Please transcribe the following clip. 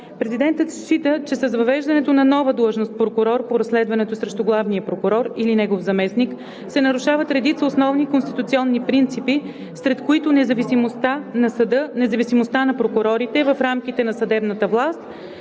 Президентът счита, че с въвеждането на нова длъжност „прокурор по разследването срещу главния прокурор или негов заместник“ се нарушават редица основни конституционни принципи, сред които независимостта на съда, независимостта на прокурорите в рамките на съдебната власт